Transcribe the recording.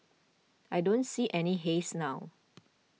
I don't see any haze now